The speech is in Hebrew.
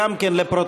גם כן לפרוטוקול,